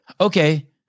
Okay